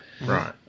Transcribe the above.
Right